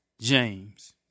James